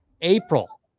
April